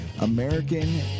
American